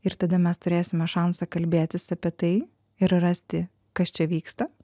ir tada mes turėsime šansą kalbėtis apie tai ir rasti kas čia vyksta